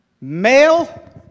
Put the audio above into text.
male